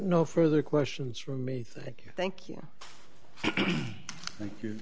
no further questions for me thank you thank you thank you